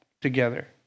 together